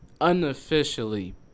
unofficially